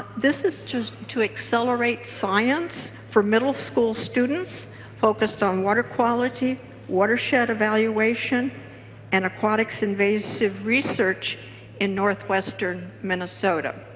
this is just to accelerate science for middle school students focused on water quality watershed evaluation and aquatic so invasive research in northwestern minnesota.